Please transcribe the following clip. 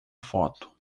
foto